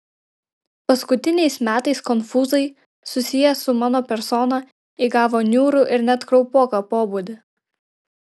paskutiniais metais konfūzai susiję su mano persona įgavo niūrų ir net kraupoką pobūdį